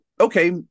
okay